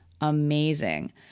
Amazing